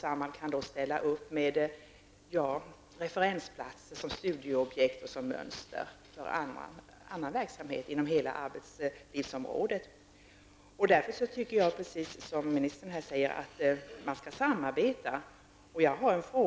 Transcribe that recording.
Samhall kan ställa upp med referensplatser som studieobjekt och mönster för annan verksamhet på arbetslivets alla områden. Därför anser jag precis som arbetsmarknadsministern att man skall samarbeta.